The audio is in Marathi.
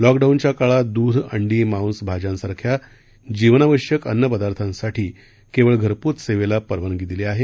लॉकडाऊनच्या काळात दूध अंडी मांस भाज्यांसारख्या जीवनावश्यक अन्नपदार्थासाठी केवळ घरपोच सेवेला परवानगी दिली आहे